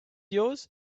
yours